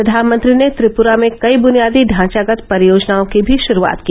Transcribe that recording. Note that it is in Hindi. प्रधानमंत्री ने त्रिपुरा में कई बुनियादी ढांचागत परियोजनाओं की भी शुरुआत की